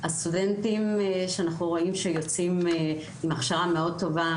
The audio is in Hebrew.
רואים שהסטודנטים יוצאים עם הכשרה מאוד טובה,